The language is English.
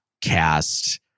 cast